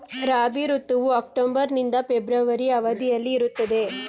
ರಾಬಿ ಋತುವು ಅಕ್ಟೋಬರ್ ನಿಂದ ಫೆಬ್ರವರಿ ಅವಧಿಯಲ್ಲಿ ಇರುತ್ತದೆ